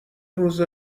روزه